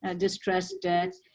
ah distressed debt,